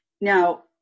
Now